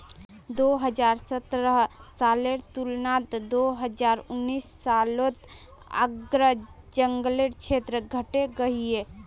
दो हज़ार सतरह सालेर तुलनात दो हज़ार उन्नीस सालोत आग्रार जन्ग्लेर क्षेत्र घटे गहिये